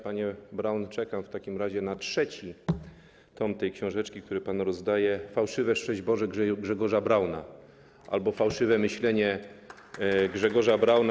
Panie Braun, czekam w takim razie na trzeci tom tej książeczki, którą pan rozdaje: „Fałszywe szczęść Boże Grzegorza Brauna” albo „Fałszywe myślenie Grzegorza Brauna.